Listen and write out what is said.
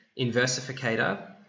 Inversificator